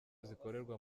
zikorerwa